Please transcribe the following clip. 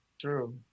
true